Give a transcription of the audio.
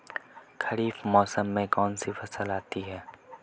खरीफ मौसम में कौनसी फसल आती हैं?